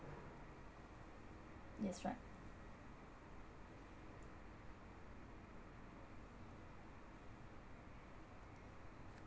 yes right